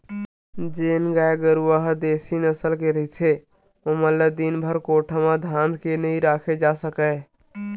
जेन गाय गरूवा ह देसी नसल के रहिथे ओमन ल दिनभर कोठा म धांध के नइ राखे जा सकय